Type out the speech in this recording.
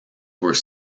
were